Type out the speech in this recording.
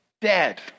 dead